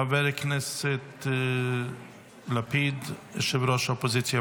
חבר הכנסת לפיד, יושב-ראש האופוזיציה,